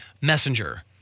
messenger